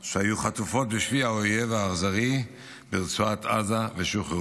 שהיו חטופות בשבי האויב האכזרי ברצועת עזה ושוחררו.